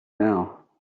now